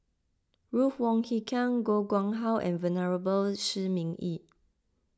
Ruth Wong Hie King Koh Nguang How and Venerable Shi Ming Yi